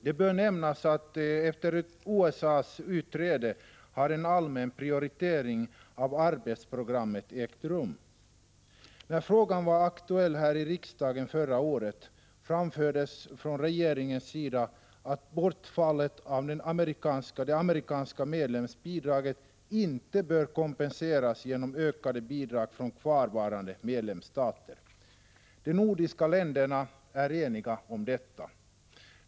Det bör nämnas att efter USA:s utträde har en allmän prioritering av arbetsprogrammet ägt rum. När frågan var aktuell här i riksdagen förra året anfördes från regeringens sida att bortfallet av det amerikanska medlemsbidraget inte bör kompenseras genom ökade bidrag från kvarvarande medlemsstater. De nordiska länderna är eniga om detta.